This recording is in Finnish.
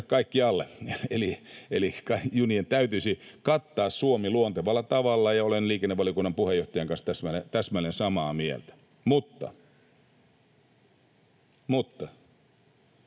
kaikkialle, eli junien täytyisi kattaa Suomi luontevalla tavalla, ja olen liikennevaliokunnan puheenjohtajan kanssa täsmälleen samaa mieltä. Mutta: Meillä